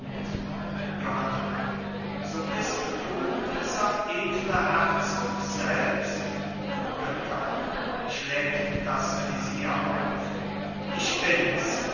johanna so bist du dieser edle herzog selbst ritter schlägt das visier auf ich bins